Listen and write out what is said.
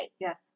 Yes